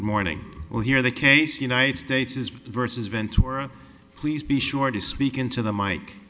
morning well here the case united states is versus ventura please be sure to speak into the mike